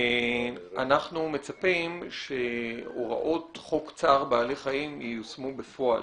אנחנו מצפים שהוראות חוק צער בעלי חיים ייושמו בפועל.